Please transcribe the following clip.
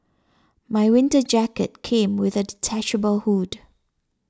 my winter jacket came with a detachable hood